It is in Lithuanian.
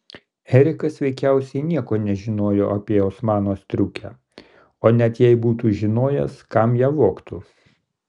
erikas veikiausiai nieko nežinojo apie osmano striukę o net jei būtų žinojęs kam ją vogtų